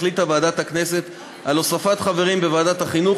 החליטה ועדת הכנסת על הוספת חברים בוועדת החינוך,